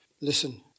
listen